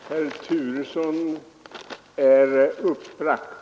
Herr talman! Herr Turesson är uppbragt.